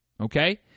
Okay